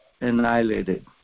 annihilated